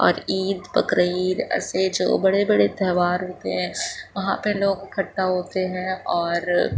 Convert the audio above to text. اور عید بقرعید ایسے جو بڑے بڑے تیوہار ہوتے ہیں وہاں پہ لوگ اکٹھا ہوتے ہیں اور